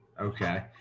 okay